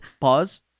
pause